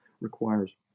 requires